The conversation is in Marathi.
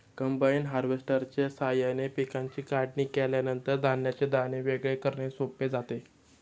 कंबाइन हार्वेस्टरच्या साहाय्याने पिकांची काढणी केल्यानंतर धान्याचे दाणे वेगळे करणे सोपे जाते